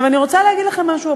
עכשיו, אני רוצה להגיד לכם משהו.